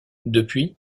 depuis